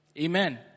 Amen